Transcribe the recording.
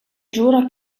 giura